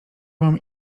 mam